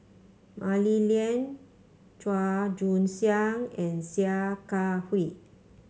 Mah Li Lian Chua Joon Siang and Sia Kah Hui